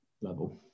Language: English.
level